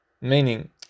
meaning